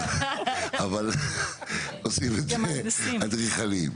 אבל עושים את זה אדריכלים.